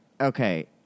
Okay